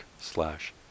slash